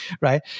right